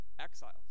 exiles